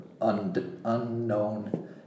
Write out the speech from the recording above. unknown